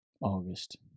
August